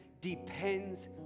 depends